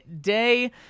day